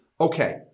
okay